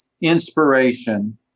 inspiration